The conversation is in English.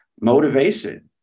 motivation